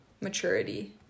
Maturity